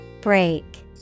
Break